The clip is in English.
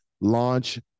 launch